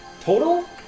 Total